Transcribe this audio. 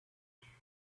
wash